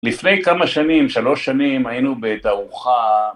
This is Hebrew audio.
לפני כמה שנים, שלוש שנים היינו בתערוכה